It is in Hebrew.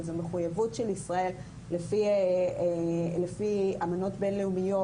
שזו מחויבות של ישראל לפי אמנות בין-לאומיות